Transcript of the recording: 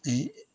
ഏ